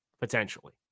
potentially